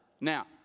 Now